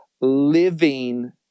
living